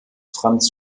franz